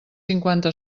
cinquanta